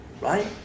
right